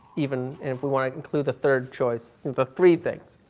even if we want to include the third choice, the three things?